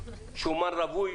שומן רווי,